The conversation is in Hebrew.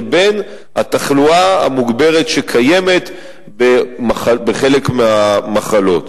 לבין התחלואה המוגברת שקיימת בחלק מהמחלות.